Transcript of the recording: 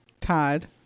Todd